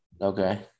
Okay